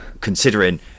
considering